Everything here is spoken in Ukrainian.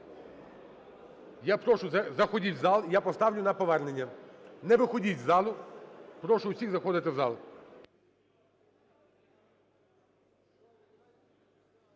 Я прошу, заходьте в зал, і я поставлю на повернення. Не виходьте із залу, прошу всіх заходити в зал.